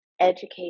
educate